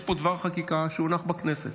יש פה דבר חקיקה שהונח בכנסת,